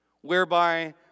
whereby